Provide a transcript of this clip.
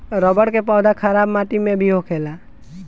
रबड़ के पौधा खराब माटी में भी होखेला